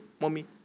Mommy